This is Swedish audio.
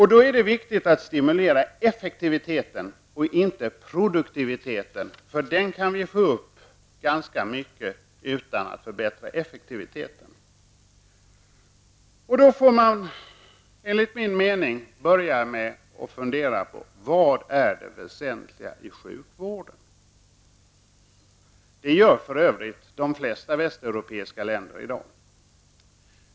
Då är det viktigt att stimulera effektiviteten och inte produktiviteten. Den kan man få upp ganska mycket utan att förbättra effektiviteten. Då får man, enligt min mening, börja med att fundera på vad som är det väsentliga i sjukvården. Det gör för övrigt de flesta västeuropeiska länder i dag.